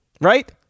Right